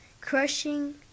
crushing